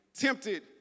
tempted